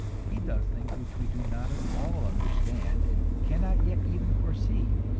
he does things which we do not at all understand, and cannot yet even foresee,